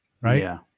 right